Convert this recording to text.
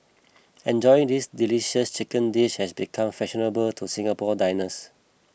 enjoying this delicious chicken dish has become fashionable to Singapore diners